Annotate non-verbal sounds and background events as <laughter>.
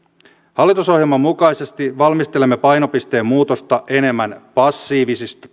hallitusohjelman mukaisesti valmistelemme painopisteen muutosta passiivisista <unintelligible>